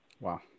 Wow